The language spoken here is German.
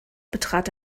betrat